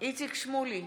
איציק שמולי,